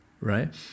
right